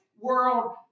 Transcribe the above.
world